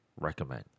recommend